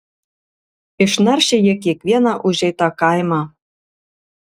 išnaršė jie kiekvieną užeitą kaimą